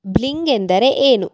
bling ಎಂದರೆ ಏನು